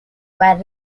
were